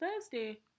Thursday